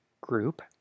group